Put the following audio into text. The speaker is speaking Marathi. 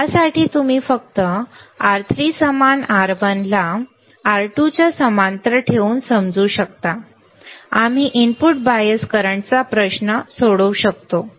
साठी तुम्ही फक्त R3 समान R1 ला ला R2 च्या समांतर ठेवून समजू शकता आम्ही इनपुट बायस करंटचा प्रश्न सोडवू शकतो